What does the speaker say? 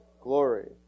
glory